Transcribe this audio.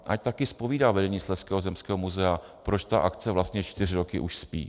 Ať také zpovídá vedení Slezského zemského muzea, proč ta akce vlastně už čtyři roky spí.